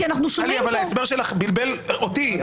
טלי, אבל ההסבר שלך בלבל אותי.